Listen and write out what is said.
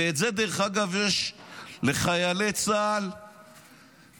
ואת זה, דרך אגב, יש לחיילי צה"ל באמת